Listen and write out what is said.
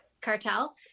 cartel